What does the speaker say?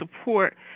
support